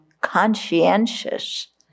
conscientious